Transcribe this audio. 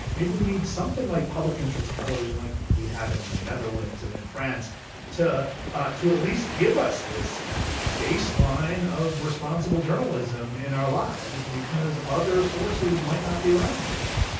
maybe we need something like public interest television, like we have in the netherlands and in france to ah to at least give us this baseline of responsible journalism in our lives because other sources might not be around very long